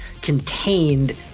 contained